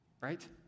Right